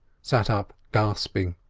sat up gasping.